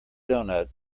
doughnut